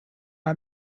are